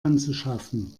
anzuschaffen